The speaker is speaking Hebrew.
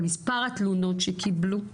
על מספר התלונות שקיבלו,